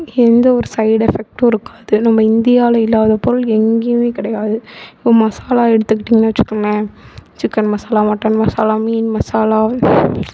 எந்த ஒரு சைடு எஃபெக்ட்டும் இருக்காது நம்ம இந்தியாவில் இல்லாத பொருள் எங்கேயுமே கிடையாது மசாலா எடுத்துகிட்டீங்கன்னு வச்சுகோங்களேன் சிக்கன் மசாலா மட்டன் மசாலா மீன் மசாலா